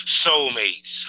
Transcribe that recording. soulmates